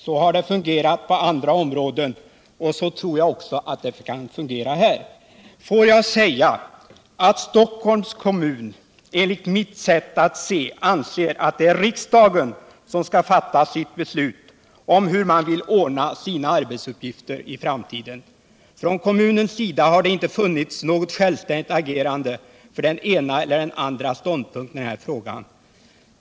Så har det fungerat på andra områden, och så tror jag också att det kan fungera här.” Enligt mitt sätt att se anser Stockholms kommun att det är riksdagen som skall fatta beslutet om hur den vill ordna sina arbetsuppgifter i framtiden. Från kommunens sida har det inte funnits något agerande för den ena eller den andra ståndpunkten i denna fråga.